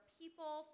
people